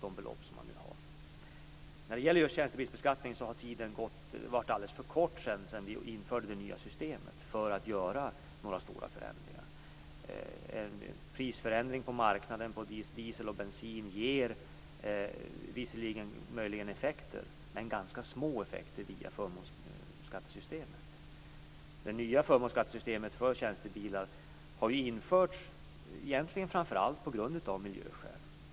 Tiden har varit för kort sedan den nya tjänstebilsbeskattningen infördes för att göra några stora förändringar. Prisförändringar på marknaden på diesel och bensin ger små effekter via förmånsskattesystemet. Det nya förmånsskattesystemet för tjänstebilar har ju införts framför allt av miljöskäl.